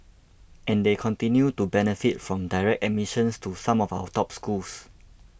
and they continue to benefit from direct admissions to some of our top schools